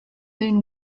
then